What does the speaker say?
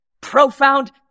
profound